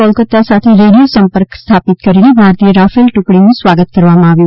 કોલકાતા સાથે રેડિયો સંપર્ક સ્થાપિત કરીને ભારતીય રાફેલ ટૂકડીનું સ્વાગત કરવામાં આવ્યું